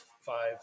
five